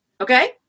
Okay